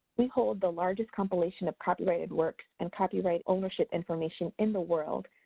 we hold the largest compilation of copyrighted works and copyright ownership information in the world,